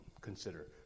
consider